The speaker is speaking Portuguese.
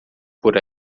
por